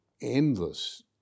endless